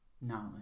knowledge